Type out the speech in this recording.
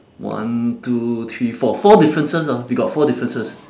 one two three four four differences ah we got four differences